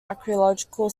archaeological